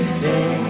say